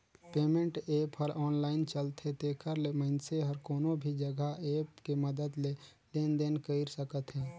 payment app ह online चलथे तेखर ले मइनसे हर कोनो भी जघा ऐप के मदद ले लेन देन कइर सकत हे